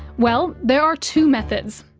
well, there are two methods.